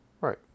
Right